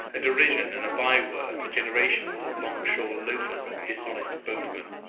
a derision and a by-word to generations of long-shore loafers and dishonest boatmen.